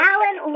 Alan